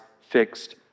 fixed